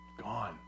gone